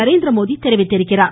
நரேந்திரமோடி தெரிவித்துள்ளார்